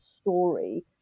story